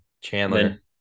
Chandler